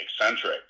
eccentric